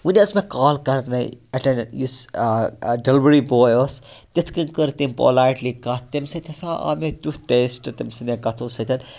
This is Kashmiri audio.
وٕنہِ ٲس مےٚ کال کَرنَے یُس ڈِلؤری باے اوس تِتھ کَنۍ کٔر تٔمۍ پولایٹلی کَتھ تٔمۍ سۭتۍ ہَسا آو مےٚ تیُتھ ٹیسٹ تٔمۍ سٕنٛدِ کَتھو سۭتۍ